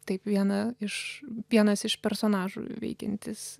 taip viena iš vienas iš personažų veikiantis